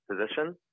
position